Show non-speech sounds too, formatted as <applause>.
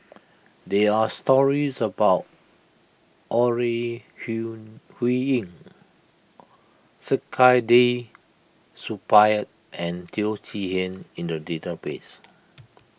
there are stories about Ore <unintelligible> Huiying Saktiandi Supaat and Teo Chee Hean in the database